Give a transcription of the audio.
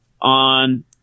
on